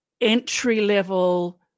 entry-level